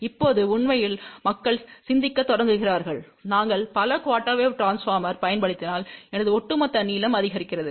இப்போது உண்மையில் மக்கள் சிந்திக்கத் தொடங்குகிறார்கள் நாங்கள் பல குஆர்டெர் வேவ் ட்ரான்ஸ்போர்மர்களைப் பயன்படுத்தினால் எனது ஒட்டுமொத்த நீளம் அதிகரிக்கிறது